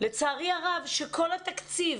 לצערי הרב, שכל התקציב